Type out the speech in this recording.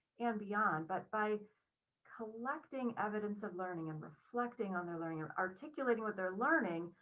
and beyond. but by collecting evidence of learning and reflecting on their learning, or articulating what they're learning,